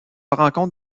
rencontre